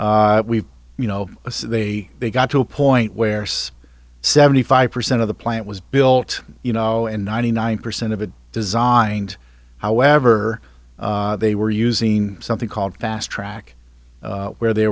we've you know they they got to a point where seventy five percent of the plant was built you know and ninety nine percent of it designed however they were or using something called fast track where they